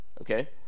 okay